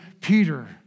Peter